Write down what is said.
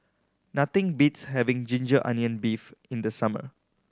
nothing beats having ginger onion beef in the summer